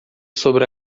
sobre